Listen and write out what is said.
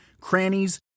crannies